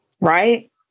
right